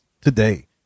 today